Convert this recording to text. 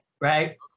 Right